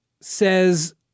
says